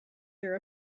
their